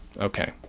Okay